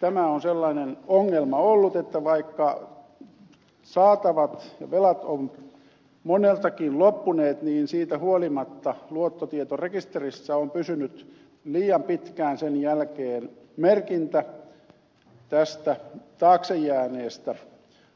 tämä on sellainen ongelma ollut että vaikka saatavat ja velat ovat moneltakin loppuneet niin siitä huolimatta luottotietorekisterissä on pysynyt liian pitkään sen jälkeen merkintä tästä taaksejääneestä